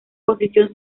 posición